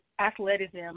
athleticism